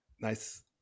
Nice